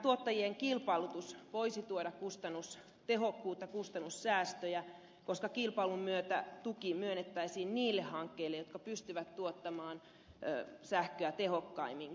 tuottajien kilpailutus voisi tuoda kustannustehokkuutta kustannussäästöjä koska kilpailun myötä tuki myönnettäisiin niille hankkeille jotka pystyvät tuottamaan sähköä tehokkaimmin